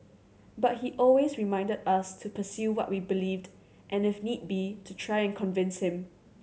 but he always reminded us to pursue what we believed and if need be to try and convince him